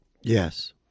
Yes